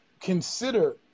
consider